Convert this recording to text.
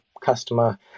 customer